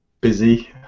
busy